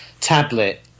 tablet